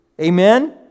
Amen